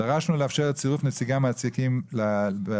דרשנו לאפשר את צירוף נציגי המעסיקים בדיונים,